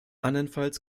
andernfalls